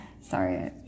Sorry